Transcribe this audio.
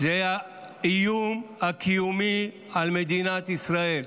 האיום הקיומי על מדינת ישראל.